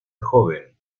joven